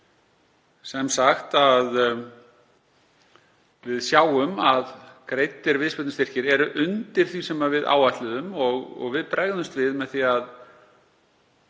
tillögu. Við sjáum að greiddir viðspyrnustyrkir eru undir því sem við áætluðum og við bregðumst við með því að